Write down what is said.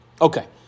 Okay